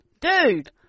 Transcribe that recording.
dude